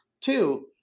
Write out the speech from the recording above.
Two